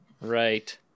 right